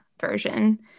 version